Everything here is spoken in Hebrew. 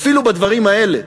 אפילו בדברים האלה,